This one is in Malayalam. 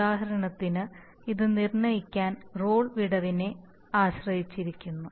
ഉദാഹരണത്തിന് ഇത് നിർണ്ണായകമായി റോൾ വിടവിനെ ആശ്രയിച്ചിരിക്കുന്നു